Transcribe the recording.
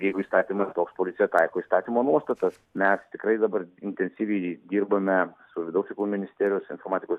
jeigu įstatymas toks policija taiko įstatymo nuostatas mes tikrai dabar intensyviai dirbame su vidaus reikalų ministerijos informatikos